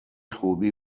خوبی